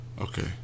Okay